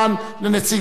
לנציגי סיעות,